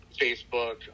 Facebook